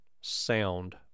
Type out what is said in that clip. sound